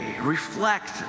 reflect